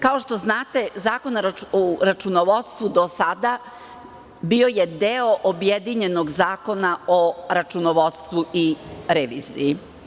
Kao što znate, Zakon o računovodstvu do sada bio je deo objedinjenog zakona o računovodstvu i reviziji.